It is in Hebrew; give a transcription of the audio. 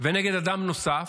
ונגד אדם נוסף?